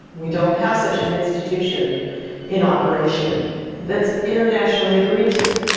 we don't have such an institution in operation that's internationally agreed to.